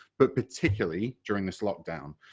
but particularly during this lockdown.